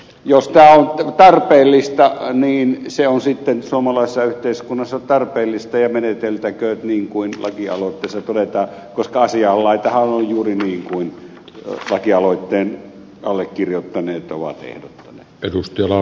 jos tämä on tarpeellista niin se on sitten suomalaisessa yhteiskunnassa tarpeellista ja meneteltäköön niin kuin lakialoitteessa todetaan koska asianlaitahan on juuri niin kuin lakialoitteen allekirjoittaneet ovat ehdottaneet